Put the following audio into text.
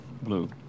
Blue